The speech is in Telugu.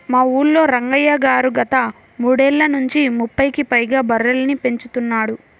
మా ఊల్లో రంగయ్య గారు గత మూడేళ్ళ నుంచి ముప్పైకి పైగా బర్రెలని పెంచుతున్నాడు